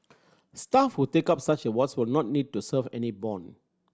staff who take up such awards will not need to serve any bond